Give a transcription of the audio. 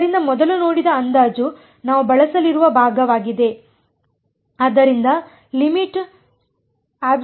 ಆದ್ದರಿಂದ ನಾವು ಮೊದಲು ನೋಡಿದ ಅಂದಾಜು ನಾವು ಬಳಸಲಿರುವ ಭಾಗವಾಗಿದೆ